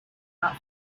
not